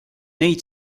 neid